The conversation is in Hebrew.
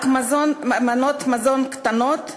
רק מנות מזון קטנות,